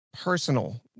personal